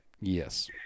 Yes